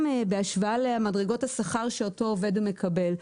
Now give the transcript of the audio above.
בהשוואה למדרגות השכר שאותו עובד מקבל.